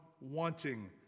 wanting